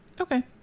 Okay